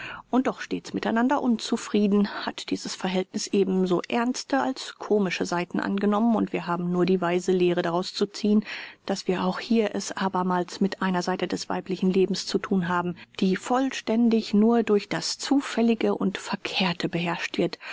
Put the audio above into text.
und doch stets miteinander unzufrieden hat dieses verhältniß eben so ernste als komische seiten angenommen und wir haben nur die weise lehre daraus zu ziehen daß wir auch hier es abermals mit einer seite des weiblichen lebens zu thun haben die vollständig nur durch das zufällige und verkehrte beherrscht wird